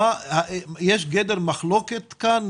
האם הנושא בגדר מחלוקת כאן?